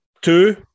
two